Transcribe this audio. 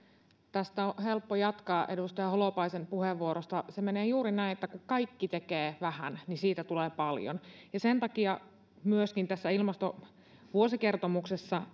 tästä edustaja holopaisen puheenvuorosta on helppo jatkaa se menee juuri näin että kun kaikki tekevät vähän niin siitä tulee paljon sen takia myöskin tässä ilmastovuosikertomuksessa